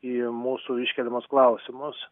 į mūsų iškeliamus klausimus